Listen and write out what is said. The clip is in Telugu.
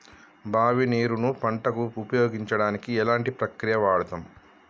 బావి నీరు ను పంట కు ఉపయోగించడానికి ఎలాంటి ప్రక్రియ వాడుతం?